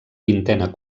vintena